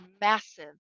massive